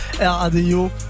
RADIO